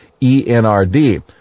ENRD